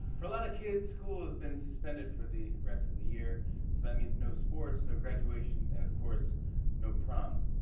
for a lot of kids, school has been suspended for the rest of the year, so that means no sports, no graduation, and of course no prom.